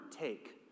take